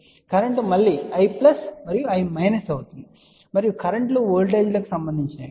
కాబట్టి కరెంట్ మళ్ళీ I మరియు I అవుతుంది మరియు కరెంట్ లు వోల్టేజ్లకు సంబంధించినవి